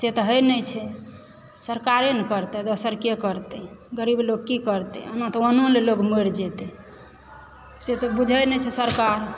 से तऽ होइ नहि छै सरकारे ने करतै दोसरके करतै गरीब लोक की करतै एना तऽ अन्नो लए लोक मरि जेतै से तऽ बुझै नहि छै सरकार